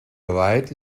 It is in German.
white